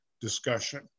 discussion